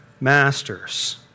masters